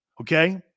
okay